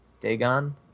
Dagon